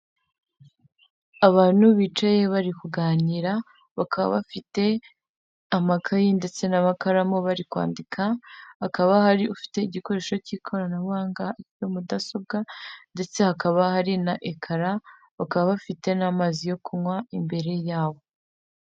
Abantu bicaye bari kuganira bakaba bafite amakaye ndetse n'amakaramu bari kwandika hakaba hari ufite igikoresho cy'ikoranabuhanga, mudasobwa ndetse hakaba hari na ekara bakaba bafite n'amazi yo kunywa imbere yabo.